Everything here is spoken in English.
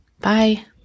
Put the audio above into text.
Bye